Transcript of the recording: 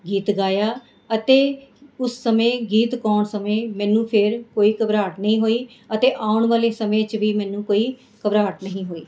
ਗੀਤ ਗਾਇਆ ਅਤੇ ਉਸ ਸਮੇਂ ਗੀਤ ਗਾਉਣ ਸਮੇਂ ਮੈਨੂੰ ਫਿਰ ਕੋਈ ਘਬਰਾਹਟ ਨਹੀਂ ਹੋਈ ਅਤੇ ਆਉਣ ਵਾਲੇ ਸਮੇਂ 'ਚ ਵੀ ਮੈਨੂੰ ਕੋਈ ਘਬਰਾਹਟ ਨਹੀਂ ਹੋਈ